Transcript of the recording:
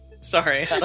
Sorry